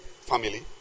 family